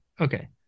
Okay